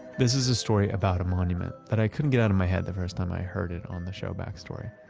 this is the story about a monument that i could get out of my head the first time i heard it on the show back story.